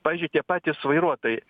pavyzdžiui tie patys vairuotojai